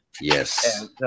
Yes